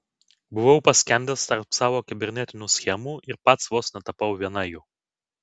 buvau paskendęs tarp savo kibernetinių schemų ir pats vos netapau viena jų